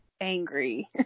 angry